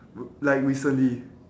like recently